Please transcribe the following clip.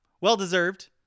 well-deserved